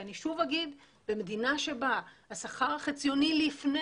שאני שוב אגיד במדינה שבה השכר החציוני לפני